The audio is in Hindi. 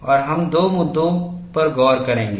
और हम दो मुद्दों पर गौर करेंगे